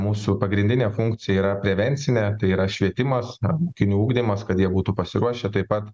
mūsų pagrindinė funkcija yra prevencinė tai yra švietimas mokinių ugdymas kad jie būtų pasiruošę taip pat